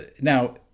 now